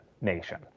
nation